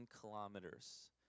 kilometers